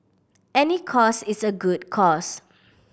any cause is a good cause